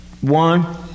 One